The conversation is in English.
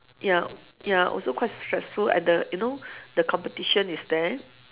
ya ya also quite stressful and the you know the competition is there